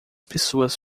pessoas